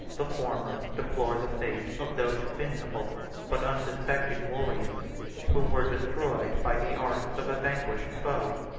the former deplore the fate of those invincible but unsuspecting warriors who were destroyed by the arts of a vanquished foe.